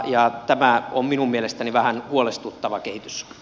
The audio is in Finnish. tämä on minun mielestäni vähän huolestuttava kehityssuunta